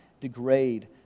degrade